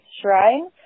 shrine